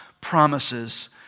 promises